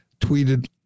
tweeted